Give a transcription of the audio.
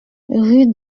rue